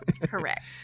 Correct